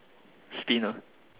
spinner